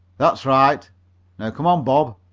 that's right. now come on, bob.